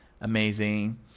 amazing